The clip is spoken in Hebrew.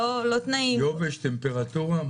יובש, טמפרטורה?